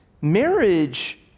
marriage